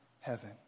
heaven